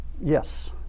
Yes